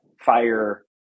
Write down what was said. fire